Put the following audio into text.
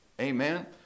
amen